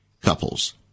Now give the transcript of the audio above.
Couples